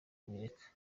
kubireka